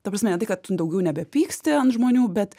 ta prasme ne tai kad tu daugiau nebe pyksti ant žmonių bet